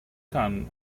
kan